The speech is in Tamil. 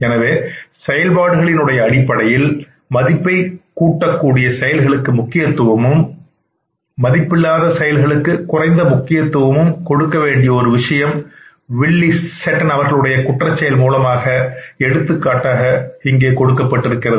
எனவே செயல்பாடுகளின் அடிப்படையில் மதிப்பைக் ஊட்டக்கூடிய செயல்களுக்கு முக்கியத்துவமும் மதிப்பில்லாத செயல்களுக்கு குறைந்த முக்கியத்துவமும் கொடுக்க வேண்டிய ஒரு விஷயம் வில்லி செட்டன் அவருடைய குற்றச்செயல் மூலமாக எடுத்துக்காட்டாக கொடுக்கப்பட்டிருக்கிறது